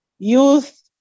Youth